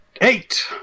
Eight